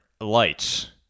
lights